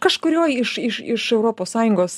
kažkurioj iš iš iš europos sąjungos